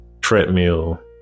treadmill